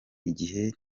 igihe